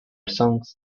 songs